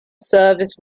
service